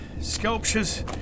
Sculptures